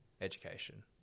education